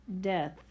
death